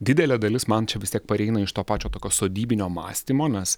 didelė dalis man čia vis tiek pareina iš to pačio tokio sodybinio mąstymo nes